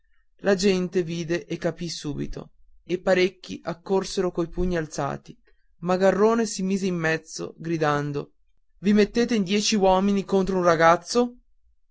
la gente vide e capì subito e parecchi accorsero coi pugni alzati ma garrone si fece in mezzo gridando i mettete in dieci uomini contro un ragazzo